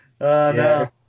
no